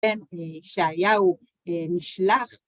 ישעיהו נשלח